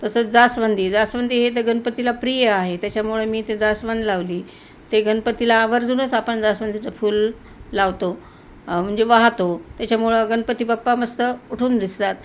तसंच जास्वंदी जास्वंदी हे तर गणपतीला प्रिय आहे त्याच्यामुळे मी ते जास्वंद लावली ते गणपतीला आवर्जूनच आपण जास्वंदीचं फुल लावतो म्हणजे वाहतो त्याच्यामुळं गणपती बाप्पा मस्त उठून दिसतात